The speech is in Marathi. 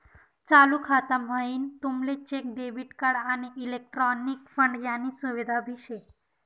चालू खाता म्हाईन तुमले चेक, डेबिट कार्ड, आणि इलेक्ट्रॉनिक फंड यानी सुविधा भी शे